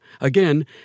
Again